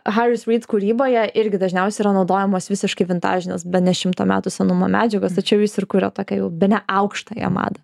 haris ryd kūryboje irgi dažniausiai yra naudojamos visiškai vintažinės bene šimto metų senumo medžiagos tačiau jis ir kuria tokią jau bene aukštąją madą